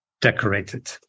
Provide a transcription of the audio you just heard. decorated